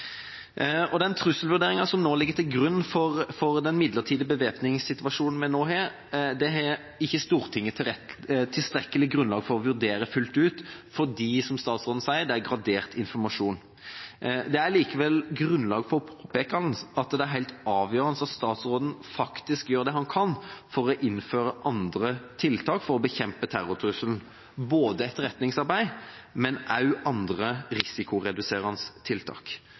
raskt. Den trusselvurderingen som ligger til grunn for den midlertidige bevæpningssituasjonen vi nå har, har ikke Stortinget tilstrekkelig grunnlag for å vurdere fullt ut, fordi det, som statsråden sier, er gradert informasjon. Det er likevel grunnlag for å påpeke at det er helt avgjørende at statsråden faktisk gjør det han kan for å innføre andre tiltak for å bekjempe terrortrusselen – både etterretningsarbeid og også andre risikoreduserende tiltak.